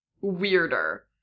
weirder